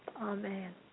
Amen